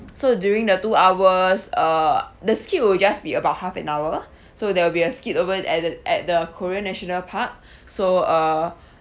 so during the two hours uh the skit will just be about half an hour so there will be a skit over at the at the korea national park so uh